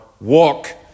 walk